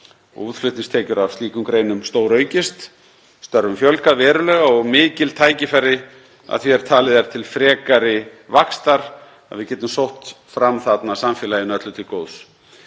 Útflutningstekjur af slíkum greinum hafa stóraukist, störfum fjölgað verulega og mikil tækifæri að því er talið er til frekari vaxtar og að við getum sótt fram þarna samfélaginu öllu til góðs.